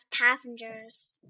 passengers